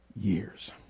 years